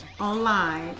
online